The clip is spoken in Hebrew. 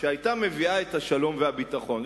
שהיתה מביאה את השלום והביטחון.